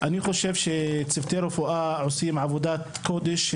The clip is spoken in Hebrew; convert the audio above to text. אני חושב שצוותי הרפואה עושים עבודת קודש.